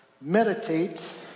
Meditate